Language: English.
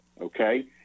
okay